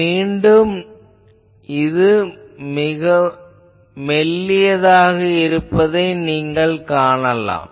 மீண்டும் நீங்கள் இது மெல்லியதாக இருப்பதைக் காணலாம்